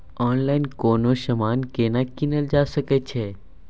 Online कोनो समान केना कीनल जा सकै छै?